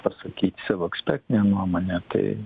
pasakyt savo ekspertinę nuomonę tai